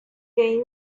game